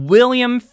William